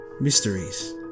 mysteries